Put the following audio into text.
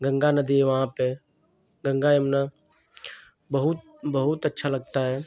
गंगा नदी है वहाँ पर गंगा यमुना बहुत बहुत अच्छा लगता है